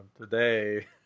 today